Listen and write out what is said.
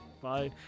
Bye